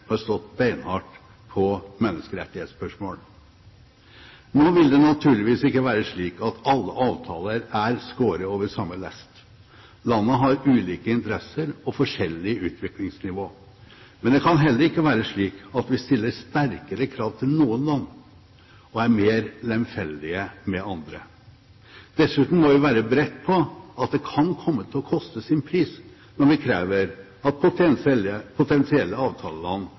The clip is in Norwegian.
har stått beinhardt på menneskerettighetsspørsmål. Nå vil det naturligvis ikke være slik at alle avtaler er skåret over samme lest. Landene har ulike interesser og forskjellig utviklingsnivå. Det kan heller ikke være slik at vi stiller sterkere krav til noen land og er mer lemfeldig med andre. Dessuten må vi være beredt på at det kan komme til å koste når vi krever at